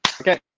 Okay